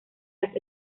las